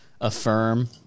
affirm